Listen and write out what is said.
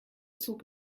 zug